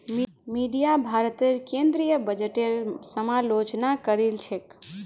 media भारतेर केंद्रीय बजटेर समालोचना करील छेक